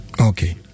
okay